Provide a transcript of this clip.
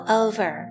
over